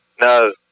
No